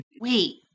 Wait